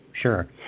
Sure